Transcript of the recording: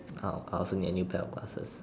orh I also need a new pair of glasses